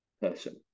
person